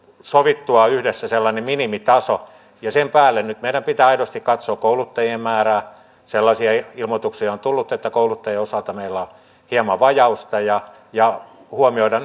sovittua yhdessä sellainen minimitaso ja sen päälle nyt meidän pitää aidosti katsoa kouluttajien määrää sellaisia ilmoituksia on on tullut että kouluttajien osalta meillä on hieman vajausta ja ja huomioida